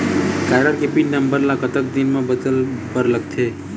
Card के pin number ला कतक दिन म बदले बर लगथे?